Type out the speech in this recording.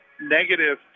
negative